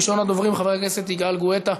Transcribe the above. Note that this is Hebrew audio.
ראשון הדוברים, חבר הכנסת יגאל גואטה,